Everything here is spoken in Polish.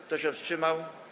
Kto się wstrzymał?